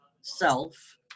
self